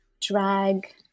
drag